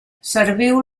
serviu